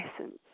essence